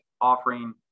offering